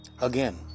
Again